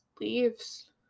leaves